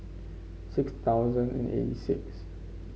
six thousand and eight six